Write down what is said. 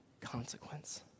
consequence